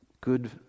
Good